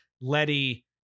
Letty